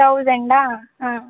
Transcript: ತೌಸಂಡಾ ಹಾಂ